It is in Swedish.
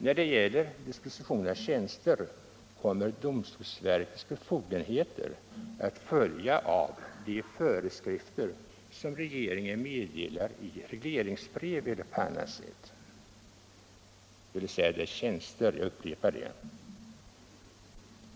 När det gäller dispositionen av tjänster kommer domstolsverkets befogenheter att följa av de föreskrifter som regeringen meddelar i regleringsbrev eller på annat sätt — dvs. det är fråga om tjänster, jag upprepar det.